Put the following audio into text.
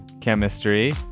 Chemistry